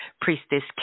Priestess